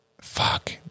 fuck